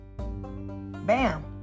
Bam